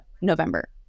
November